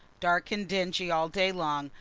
dark and dingy all day long,